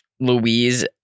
Louise